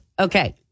Okay